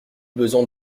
besoin